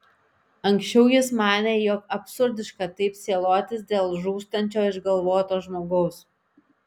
anksčiau jis manė jog absurdiška taip sielotis dėl žūstančio išgalvoto žmogaus